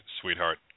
sweetheart